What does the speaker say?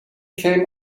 came